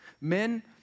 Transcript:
Men